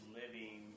living